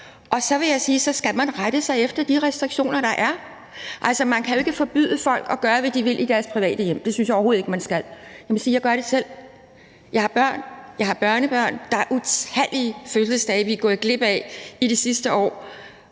at man skal rette sig efter de restriktioner, der er. Altså, man kan jo ikke forbyde folk at gøre, hvad de vil, i deres private hjem, det synes jeg overhovedet ikke man skal, og jeg må sige, at jeg selv gør det. Jeg har børn, jeg har børnebørn, og der er utallige fødselsdage, vi er gået glip af i det sidste år,